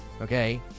okay